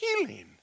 healing